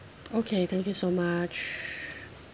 okay thank you so much